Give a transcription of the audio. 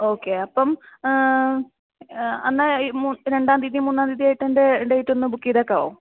okay അപ്പം എന്നാ രണ്ടാം തീയതി മൂന്നാം തീയതി ആയിട്ട് എൻ്റെ ഡേറ്റ് ഒന്ന് ബുക്ക് ചെയ്തേക്കാവോ